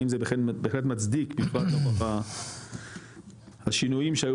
האם זה בהחלט מצדיק בעיקר נוכח השינויים שהיו